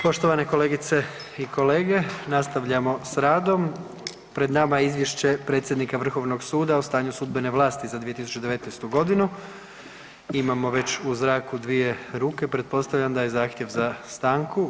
Poštovane kolegice i kolege, nastavljamo s radom pred nama je: - Izvješće predsjednika Vrhovnog suda RH o stanju sudbene vlasti za 2019. godinu Imamo već u zraku dvije ruke, pretpostavljam da je zahtjev za stanku.